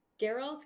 Geralt